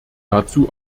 dazu